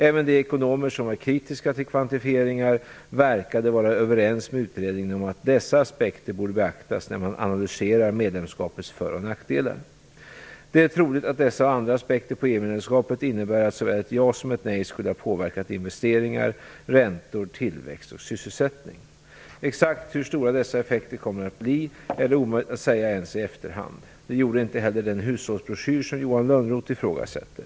Även de ekonomer som är kritiska till kvantifieringar verkade vara överens med utredningen om att dessa aspekter borde beaktas när man analyserar medlemskapets för och nackdelar. Det är troligt att dessa och andra aspekter på EU medlemskapet innebär att såväl ett ja som ett nej skulle påverkat investeringar, räntor, tillväxt och sysselsättning. Exakt hur stora dessa effekter kommer att bli är det omöjligt att säga ens i efterhand. Det gjordes inte heller i den hushållsbroschyr som Johan Lönnroth ifrågasätter.